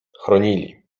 chronili